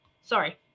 Sorry